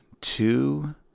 Two